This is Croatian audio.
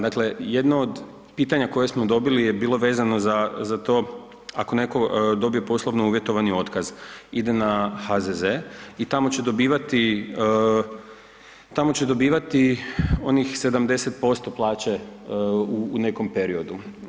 Dakle jedno od pitanja koje smo dobili je bilo vezano za, za to ako neko dobije poslovno uvjetovani otkaz ide na HZZ i tamo će dobivati, tamo će dobivati onih 70% plaće u nekom periodu.